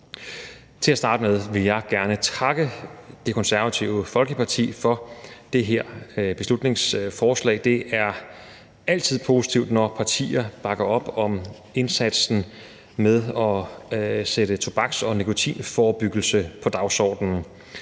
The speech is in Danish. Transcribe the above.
Til at starte med vil jeg gerne takke Det Konservative Folkeparti for det her beslutningsforslag. Det er altid positivt, når partier bakker op om indsatsen med at sætte forebyggelse af tobaks- og nikotinafhængighed på dagsordenen.